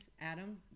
Adam